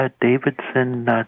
Davidson